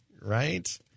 Right